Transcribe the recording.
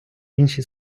інші